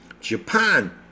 Japan